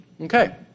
Okay